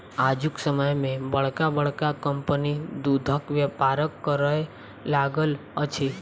आजुक समय मे बड़का बड़का कम्पनी दूधक व्यापार करय लागल अछि